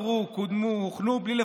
פה